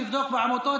תבדוק בעמותות,